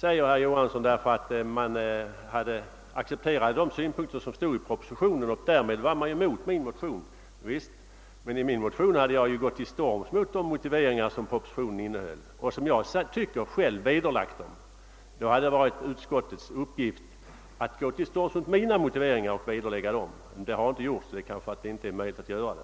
därför att utskottsmajoriteten accepterat synpunkterna i propositionen och därmed var emot motionen. Visst! Men i min motion hade jag ju gått till storms mot de motiveringar som propositionen innehöll och enligt egen uppfattning vederlagt dem. Då var det utskottets uppgift att gå tills storms mot mina moltiveringar och vederlägga dem. Men det har inte gjorts — och det är kanske därför att det inte är möjligt att göra det!